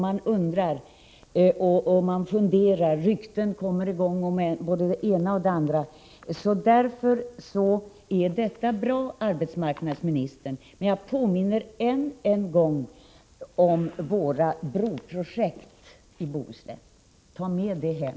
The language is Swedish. Man undrar och funderar. Rykten kommer i gång om både det ena och det andra. Därför är det som arbetsmarknadsministern säger bra. Jag vill emellertid påminna än en gång om våra broprojekt i Bohuslän. Tag med detta hem!